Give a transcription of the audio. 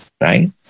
right